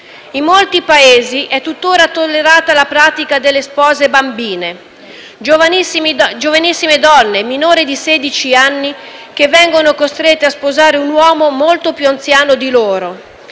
In molti Paesi è tuttora tollerata la pratica delle spose bambine: giovanissime donne, minori di sedici anni, che vengono costrette a sposare un uomo molto più anziano di loro.